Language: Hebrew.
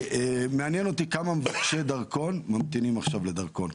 מעניין אותי כמה מבקשי דרכון ממתינים עכשיו לדרכון?